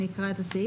אני אקרא את הסעיף.